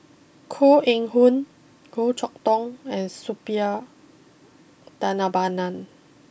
Koh Eng Hoon Goh Chok Tong and Suppiah Dhanabalan